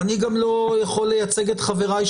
אני גם לא יכול לייצג את חבריי,